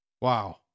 Wow